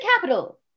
capital